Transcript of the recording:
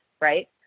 right